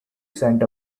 sent